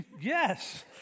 Yes